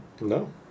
No